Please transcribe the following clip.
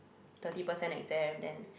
thirty percent exam and